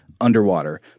underwater